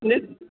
ਨਹੀਂ